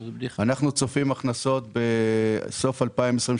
אנחנו צופים הכנסות בסוף 2023,